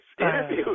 interview